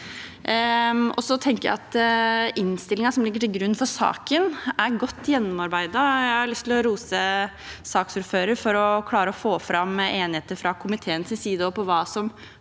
innstillingen som ligger til grunn for saken, er godt gjennomarbeidet. Jeg har lyst til å rose saksordføreren for å klare å få fram enigheter fra komiteens side om hva som